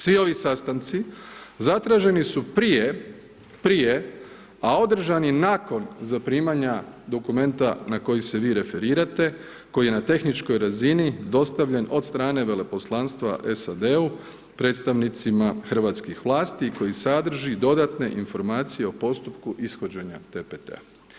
Svi ovi sastanci zatraženi su prije, prije a održani nakon zaprimanja dokumenta na koji se vi referirate koji je na tehničkoj razini dostavljen od strane veleposlanstva SAD-a predstavnicima hrvatskih vlasti koji sadrži dodatne informacije o postupku ishođenja TPT-a.